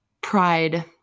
pride